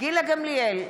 גילה גמליאל,